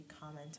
comment